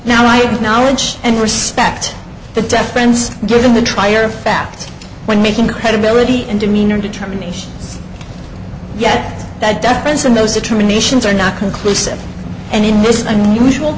now i acknowledge and respect the deaf friends given the trier of fact when making the credibility and demeanor determinations yet that deference and those determinations are not conclusive and in this unusual